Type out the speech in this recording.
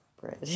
bread